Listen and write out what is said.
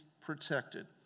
protected